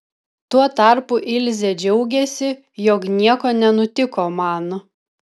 tuo tarpu ilzė džiaugėsi jog nieko nenutiko man